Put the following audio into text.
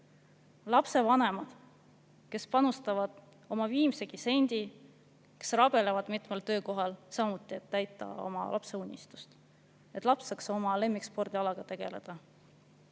Lapsevanemad panustavad oma viimsegi sendi, rabelevad mitmel töökohal, et täita oma lapse unistust, et laps saaks oma lemmikspordialaga tegeleda.